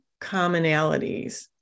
commonalities